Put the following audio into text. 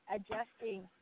Adjusting